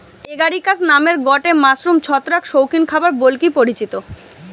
Agaricus নামের গটে mushroom ছত্রাক শৌখিন খাবার বলিকি পরিচিত